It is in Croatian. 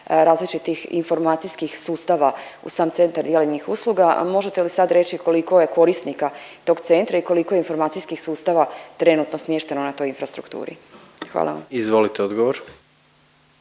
različitih informacijskih sustava u sam centar zelenih usluga. A možete li sad reći koliko je korisnika tog centra i koliko je informacijskih sustava trenutno smješteno na toj infrastrukturi? Hvala vam. **Jandroković,